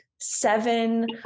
seven